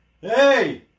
Hey